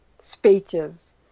speeches